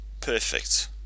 perfect